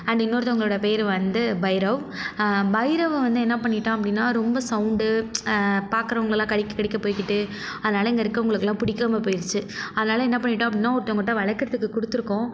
and இன்னொருத்தவங்களோட பேர் வந்து பைரவ் பைரவ் வந்து என்னப் பண்ணிவிட்டான் அப்படினா ரொம்ப சவுண்டு பாக்கறவங்கள்லாம் கடிக்க கடிக்க போய்க்கிட்டு அதனால் இங்கே இருக்குறவங்களுக்குலாம் பிடிக்கமா போயிடுச்சு அதனால் என்னப் பண்ணிவிட்டோம் அப்படின்னா ஒருத்தவங்கள்ட்ட வளர்க்கிறத்துக்கு கொடுத்துருக்கோம்